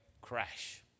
crash